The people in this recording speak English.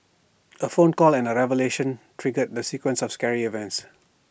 A phone call and A revelation triggered the sequence of scary events